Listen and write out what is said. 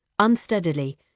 Unsteadily